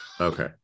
Okay